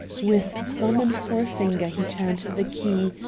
with thumb and forefinger he turned the key,